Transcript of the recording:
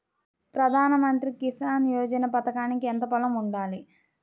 ప్రధాన మంత్రి కిసాన్ యోజన పథకానికి ఎంత పొలం ఉండాలి?